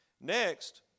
Next